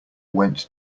went